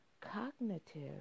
cognitive